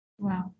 wow